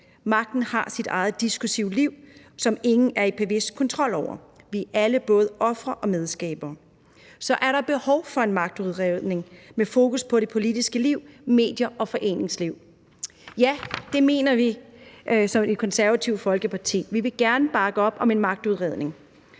Magten har sit eget diskursive liv, som ingen er bevidste om eller har kontrol over. Vi er alle både ofre og medskabere. Så er der behov for en magtudredning med fokus på det politiske liv, medier og foreningsliv? Ja, det mener vi i Det Konservative Folkeparti. Vi vil gerne bakke op om en magtudredning